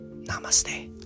Namaste